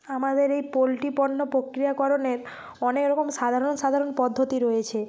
আমাদের এই পোলট্রি পণ্য প্রক্রিয়াকরণের অনেক রকম সাধারণ সাধারণ পদ্ধতি রয়েছে